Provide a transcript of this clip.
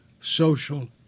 social